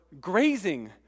grazing